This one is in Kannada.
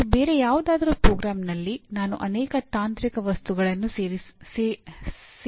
ಮತ್ತು ಬೇರೆ ಯಾವುದಾದರೂ ಪ್ರೋಗ್ರಾಂನಲ್ಲಿ ನಾನು ಅನೇಕ ತಾಂತ್ರಿಕ ವಸ್ತುಗಳನ್ನು ಸೇರಿಸದಿರಬಹುದು